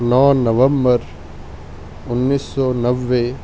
نو نومبر انیس سو نوے